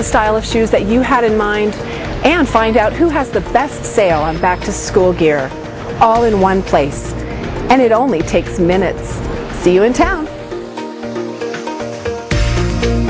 the style of shoes that you had in mind and find out who has the best sale on back to school gear all in one place and it only takes minutes to see you in town